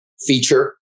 feature